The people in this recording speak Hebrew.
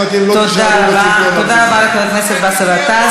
תפסיקו עם זה, זו פוליטיקה,